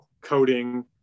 coding